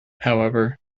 however